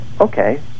Okay